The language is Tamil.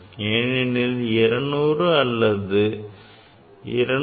ஏனெனில் 200 அல்லது 200